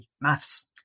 maths